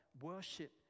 worship